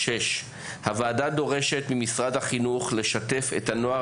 הוועדה דורשת ממשרד החינוך לשתף את הנוער